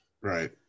Right